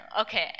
Okay